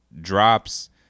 drops